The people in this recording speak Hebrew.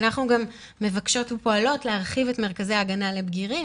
אנחנו גם מבקשות ופועלות להרחיב את מרכזי ההגנה לבגירים,